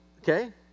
okay